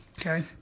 Okay